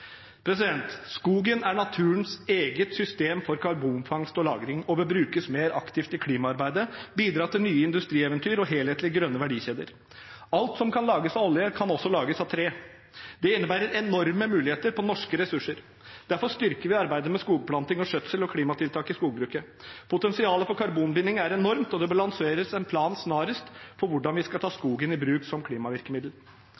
Skogen er naturens eget system for karbonfangst og -lagring og bør brukes mer aktivt i klimaarbeidet, bidra til nye industrieventyr og helhetlige, grønne verdikjeder. Alt som kan lages av olje, kan også lages av tre. Det innebærer enorme muligheter, på norske ressurser. Derfor styrker vi arbeidet med skogplanting, skjøtsel og klimatiltak i skogbruket. Potensialet for karbonbinding er enormt, og det bør snarest lanseres en plan for hvordan vi skal ta